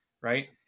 right